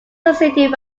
succeeded